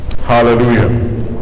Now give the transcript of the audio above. Hallelujah